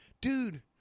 dude